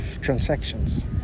transactions